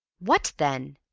what, then?